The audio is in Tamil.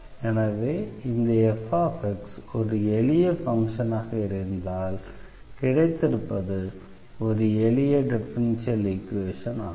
எனவே இந்த fx ஒரு எளிய ஃபங்ஷனாக இருந்தால் கிடைத்திருப்பது ஒரு எளிய டிஃபரன்ஷியல் ஈக்வேஷன் ஆகும்